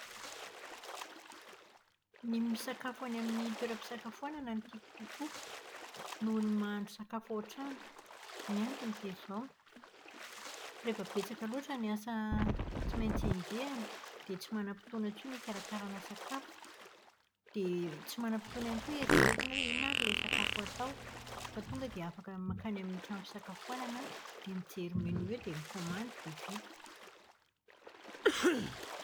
Ny misakafo any amin'ny toeram-pisakafoanana no tiako kokoa noho ny mahandro sakafo ao an-trano. Ny antony dia izao. Rehefa betsaka loatra ny asa tsy maintsy enjehina dia tsy manam-potoana intsony hikarakarana sakafo. Dia tsy manam-potoana ihany koa ieritreretana hoe inona ary ilay sakafo atao. Fa tonga dia afaka dia mankany amin'ny trano fisakafoanana dia mijery mialoha eo dia mikaomandy dia vita.